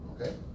Okay